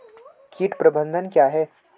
कीट प्रबंधन क्या है?